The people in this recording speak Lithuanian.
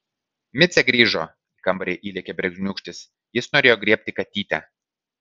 micė grįžo į kambarį įlėkė berniūkštis jis norėjo griebti katytę